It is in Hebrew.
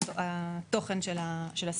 אין לי את התוכן של הסיבה.